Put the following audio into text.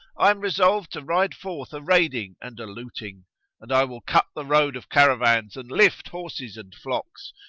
i am resolved to ride forth a raiding and a looting and i will cut the road of caravans and lift horses and flocks,